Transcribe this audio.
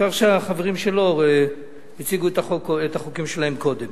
העיקר שהחברים שלו הציגו את החוקים שלהם קודם.